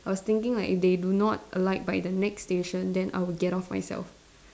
I was thinking like if they do not alight by the next station then I would get off myself